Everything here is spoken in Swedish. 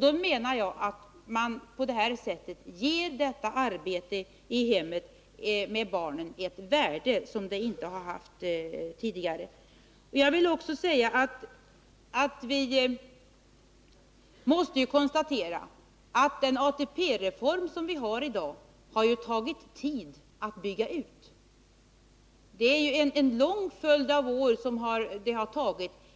Då menar jag att man genom att ge ATP-poäng för vård av barn i hemmet låter det arbetet få ett värde som det inte har haft tidigare. Jag vill också säga att ju vi måste konstatera att det ATP-system som vi har i dag har tagit tid att bygga ut. Det tar en lång följd av år